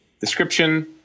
description